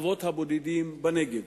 הבודדים בנגב.